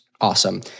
awesome